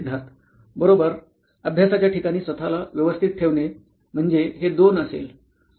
सिद्धार्थ बरोबर अभ्यासाच्या ठिकाणी स्वतला व्यवस्थित ठेवणे म्हणजे हे 2 असेल